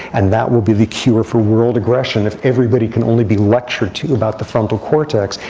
and that will be the cure for world aggression. if everybody can only be lectured to about the frontal cortex,